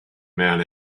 man